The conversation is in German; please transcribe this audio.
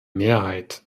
mehrheit